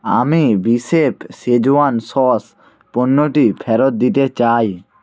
আমি B chef schezwan sauce পণ্যটি ফেরত দিতে চাই